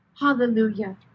hallelujah